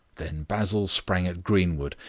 then basil sprang at greenwood,